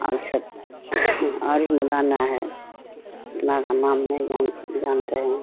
اور سب اور بھی مولانا ہے اتنا کا نام نہیں جان جانتے ہیں